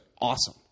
awesome